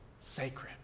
sacred